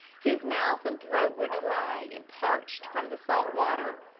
his mouth and throat were dry and parched from the salt water.